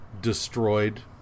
destroyed